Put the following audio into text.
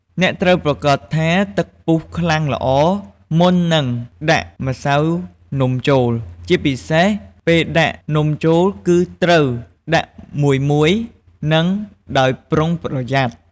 អ្នកត្រូវប្រាកដថាទឹកពុះខ្លាំងល្អ មុននឹងដាក់ម្សៅនំចូល ជាពិសេស ពេលដាក់នំចូល គឺត្រូវដាក់មួយៗ និងដោយប្រុងប្រយ័ត្ន។